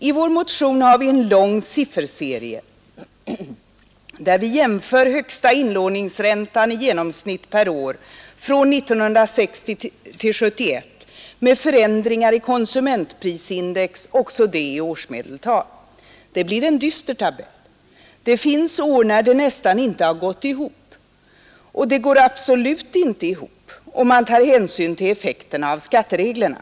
I vår motion har vi en lång sifferserie, där vi jämför högsta inlåningsräntan i genomsnitt per år från 1960 till 1971 med förändringar i konsumentprisindex, också det i årsmedeltal. Det blir en dyster tabell. Det finns år när det nästan inte ”har gått ihop”. Och det går absolut inte ihop om man tar hänsyn till effekterna av skattereglerna.